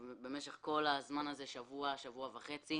במשך כל הזמן הזה למדנו במשך שבוע, שבוע וחצי.